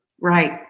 Right